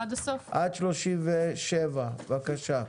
עד 37. בבקשה.